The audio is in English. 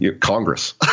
Congress